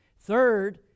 Third